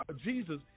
Jesus